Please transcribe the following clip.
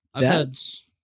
Dad's